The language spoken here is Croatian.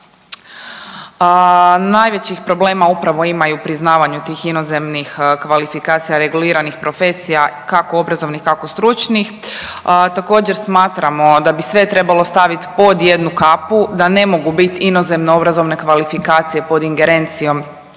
Najvećih problema upravo imaju u priznavanju tih inozemnih kvalifikacija reguliranih profesija kako obrazovnih kako stručnih. Također smatramo da bi sve trebalo stavit pod jednu kapu da ne mogu bit inozemno obrazovne kvalifikacije pod ingerencijom